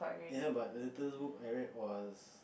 ya but the latest book I read was